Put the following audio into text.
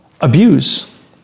Abuse